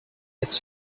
its